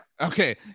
okay